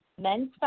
men's